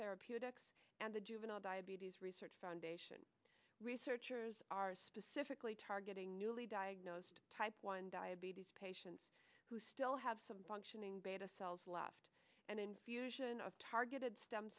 therapeutics and the juvenile diabetes research foundation researchers are specifically targeting newly diagnosed type one diabetes patients who still have some functioning beta cells left and infusion of targeted st